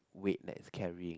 weight that is carrying